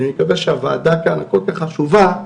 אני מקווה שהוועדה, הכל כך חשובה,